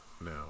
no